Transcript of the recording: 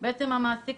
המעסיק.